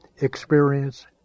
experience